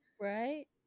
Right